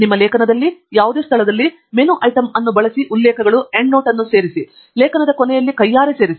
ನಿಮ್ಮ ಲೇಖನದಲ್ಲಿ ಯಾವುದೇ ಸ್ಥಳದಲ್ಲಿ ಮೆನು ಐಟಂ ಅನ್ನು ಬಳಸಿ ಉಲ್ಲೇಖಗಳು ಎಂಡ್ನೋಟ್ ಅನ್ನು ಸೇರಿಸಿ ಲೇಖನದ ಕೊನೆಯಲ್ಲಿ ಕೈಯಾರೆ ಸೇರಿಸಿ